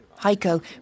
Heiko